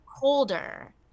colder